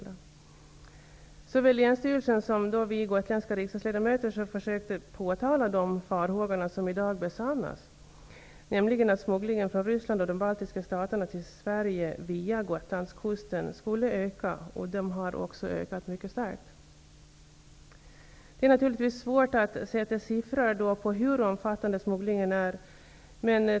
Såväl länsstyrelsen som vi gotländska riksdagsledamöter har försökt att påtala de farhågor som funnits och som i dag besannas. Det gäller då farhågor för en ökad smuggling från Gotlandskusten. Smugglingen har också ökat mycket starkt. Det är naturligtvis svårt att i siffror ange hur omfattande smugglingen är.